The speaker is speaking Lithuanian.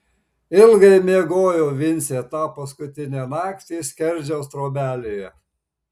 ilgai miegojo vincė tą paskutinę naktį skerdžiaus trobelėje